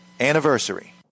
anniversary